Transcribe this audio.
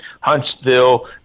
Huntsville